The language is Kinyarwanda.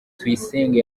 tuyisenge